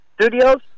Studios